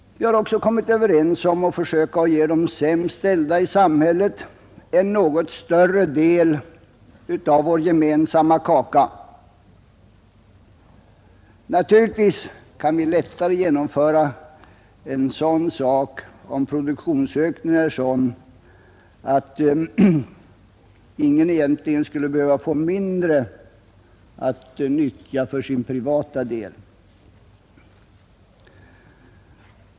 Vi har också kommit överens om att försöka ge de sämst ställda i samhället en något större del av vår gemensamma kaka. Och naturligtvis kan vi lättare genomföra en sådan sak, om produktionsökningen är så stor att ingen egentligen skulle behöva få mindre att nyttja för sin privata del.